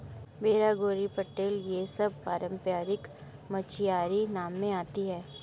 बेड़ा डोंगी पटेल यह सब पारम्परिक मछियारी नाव में आती हैं